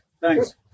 Thanks